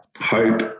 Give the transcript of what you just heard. hope